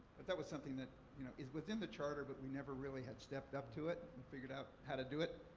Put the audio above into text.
but that was something that you know is within the charter but we never really had stepped up to it or and figured out how to do it.